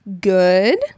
good